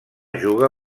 juga